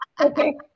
Okay